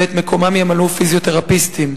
ואת מקומם ימלאו פיזיותרפיסטים.